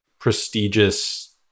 prestigious